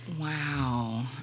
wow